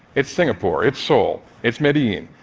it's singapore, it's seoul, it's medellin.